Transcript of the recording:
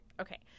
Okay